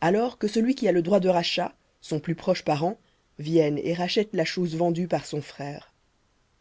alors que celui qui a le droit de rachat son plus proche parent vienne et rachète la chose vendue par son frère